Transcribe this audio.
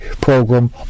program